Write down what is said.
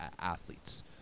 athletes